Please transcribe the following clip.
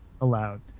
allowed